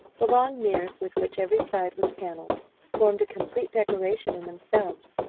the long mirrors with which every side was paneled formed a complete decoration in themselves,